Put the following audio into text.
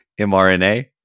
MRNA